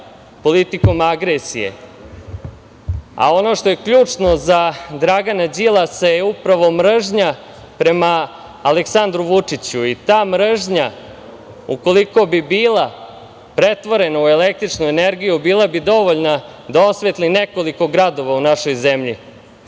politikom agresije. Ono što je ključno za Dragana Đilasa je upravo mržnja prema Aleksandru Vučiću i ta mržnja ukoliko bi bila pretvorena u električnu energiju bila bi dovoljna da osvetli nekoliko gradova u našoj zemlji. Tako